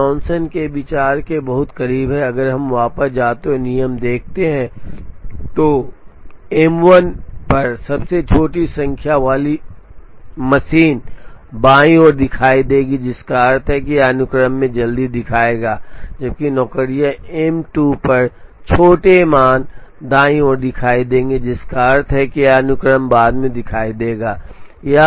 अब यह जॉनसन के विचार के बहुत करीब है अगर हम वापस जाते हैं और नियम देखते हैं तो एम 1 पर सबसे छोटी संख्या वाली मशीन बाईं ओर से दिखाई देगी जिसका अर्थ है कि यह अनुक्रम में जल्दी दिखाई देगा जबकि नौकरियां एम 2 पर छोटे मान दाईं ओर से दिखाई देंगे जिसका अर्थ है कि यह अनुक्रम में बाद में दिखाई देगा